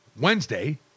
Wednesday